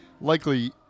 Likely